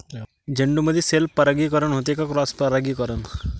झेंडूमंदी सेल्फ परागीकरन होते का क्रॉस परागीकरन?